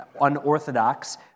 unorthodox